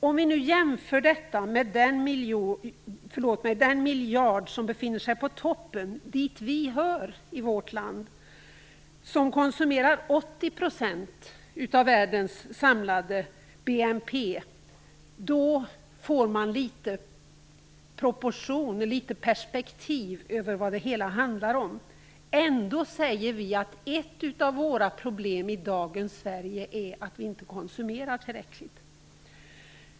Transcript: Om vi jämför det med den miljard som befinner sig i toppen - dit hör vi i vårt land - och som konsumerar 80 % av världens samlade BNP, får man litet perspektiv på vad det hela handlar om. Ändå säger vi att ett av våra problem i dagens Sverige är att vi inte konsumerar tillräckligt.